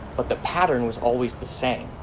but the pattern was always the same.